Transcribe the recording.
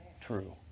true